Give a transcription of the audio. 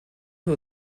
who